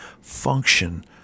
function